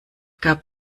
gab